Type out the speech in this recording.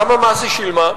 כמה מס היא שילמה?